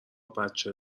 بچه